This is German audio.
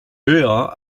höher